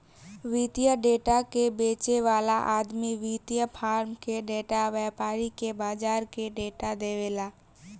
वित्तीय डेटा के बेचे वाला आदमी वित्तीय फार्म के डेटा, व्यापारी के बाजार के डेटा देवेला